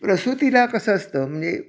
प्रसूतीला कसं असतं म्हणजे